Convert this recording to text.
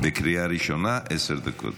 לקריאה ראשונה, עשר דקות.